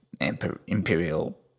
imperial